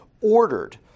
ordered